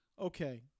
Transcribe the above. okay